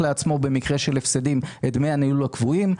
ובמקרה של הפסדים הוא חוסך לעצמו את דמי הניהול הקבועים.